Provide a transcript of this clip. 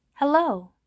Hello